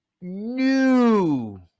new